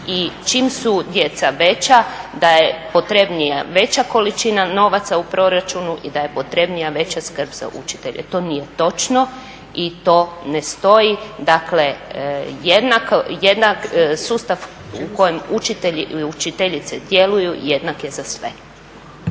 i čim su djeca veća da je potrebnija veća količina novaca u proračunu i da je potrebnija veća srkb za učitelje. To nije točno i to ne stoji. Dakle, jedan sustav u kojem učitelji ili učiteljice djeluju jednak je za sve.